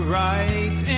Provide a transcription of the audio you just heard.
right